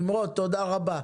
נמרוד, תודה רבה.